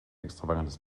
extravagantes